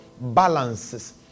balances